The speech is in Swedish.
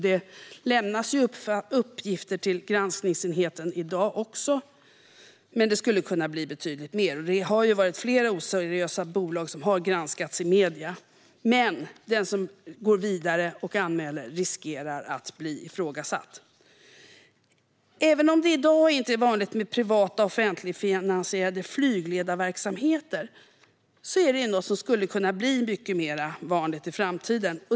Det lämnas uppgifter till granskningsenheten redan i dag, men det skulle kunna öka betydligt. Flera oseriösa bolag har granskats i medierna, men den som går vidare och anmäler riskerar att bli ifrågasatt. Även om det i dag inte är vanligt med privatanställda i offentligt finansierade flygverksamheter är det något som skulle kunna bli mycket mer vanligt i framtiden.